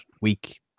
week